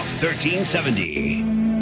1370